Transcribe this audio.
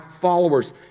followers